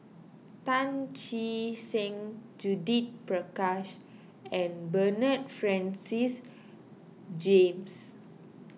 Tan Che Sang Judith Prakash and Bernard Francis James